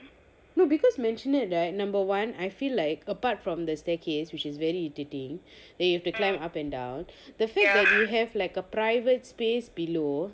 no because mansion right number one I feel like apart from the staircase which is very dirty then you have to climb up and down the fact that you have like a private space below